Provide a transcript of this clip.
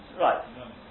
right